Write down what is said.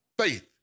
faith